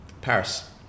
Paris